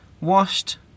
washed